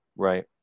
Right